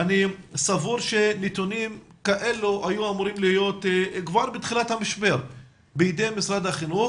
ואני סבור שנתונים אלה היו אמורים להיות בידי משרד החינוך